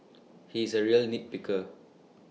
he is A real nit picker